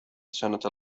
السنة